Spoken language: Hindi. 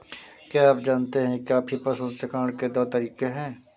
क्या आप जानते है कॉफी प्रसंस्करण के दो तरीके है?